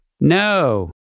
No